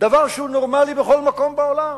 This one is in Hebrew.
דבר שהוא נורמלי בכל מקום בעולם.